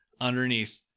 underneath